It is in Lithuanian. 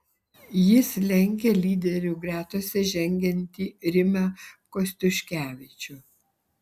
jis lenkia lyderių gretose žengiantį rimą kostiuškevičių